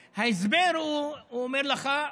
ההסבר, הוא אומר לך: